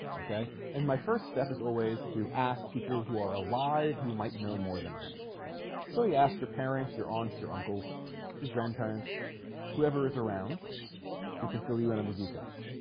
okay and my first step is always to ask people who are alive who might know more than i do so he asked your parents your aunt's your uncle's your grandparents whoever is around who can fill you in on the details